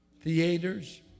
theaters